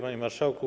Panie Marszałku!